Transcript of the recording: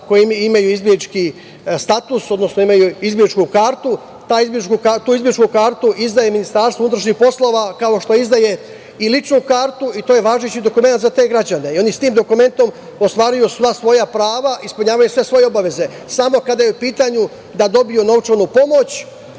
koji imaju izbeglički status, odnosno imaju izbegličku kartu. Tu izbegličku kartu izdaje Ministarstvo unutrašnjih poslova, kao što izdaje i ličnu kartu i to je važeći dokument za te građane, jer oni sa tim dokumentom ostvaruju sva svoja prava, ispunjavaju sve svoje obaveze, a samo kada je u pitanju da dobiju novčanu pomoć,